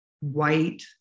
white